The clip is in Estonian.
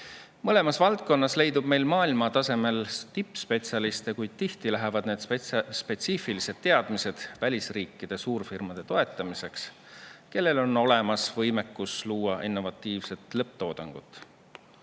Mõlemas valdkonnas leidub meil maailma tasemel tippspetsialiste, kuid tihti lähevad need spetsiifilised teadmised selleks, et toetada välisriikide suurfirmasid, kellel on olemas võimekus luua innovatiivset lõpptoodangut.